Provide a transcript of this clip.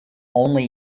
only